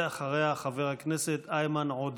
ואחריה, חבר הכנסת איימן עודה.